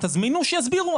תזמינו שיסבירו,